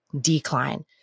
decline